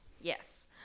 Yes